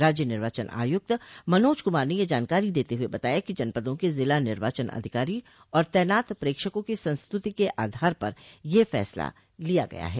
राज्य निर्वाचन आयुक्त मनोज कुमार ने यह जानकारी देते हुए बताया कि जनपदों के जिला निर्वाचन अधिकारी और तैनात प्रेक्षकों की संस्तुति के आधार पर यह फैसला लिया गया है